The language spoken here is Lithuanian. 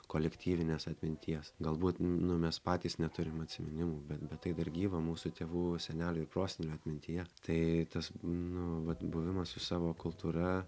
kolektyvinės atminties galbūt nu mes patys neturim atsiminimų bet bet tai dar gyva mūsų tėvų senelių ir prosenelių atmintyje tai tas nu vat buvimas su savo kultūra